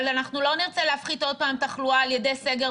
אבל אנחנו לא נרצה להפחית עוד פעם תחלואה על ידי סגר.